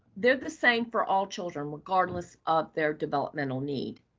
they're the same for all children, regardless of their developmental need.